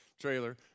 trailer